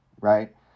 right